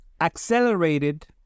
accelerated